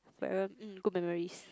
uh good memories